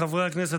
חברי הכנסת,